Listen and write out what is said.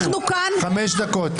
חמש דקות.